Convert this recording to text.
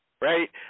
right